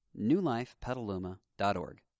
newlifepetaluma.org